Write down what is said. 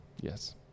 Yes